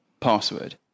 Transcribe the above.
password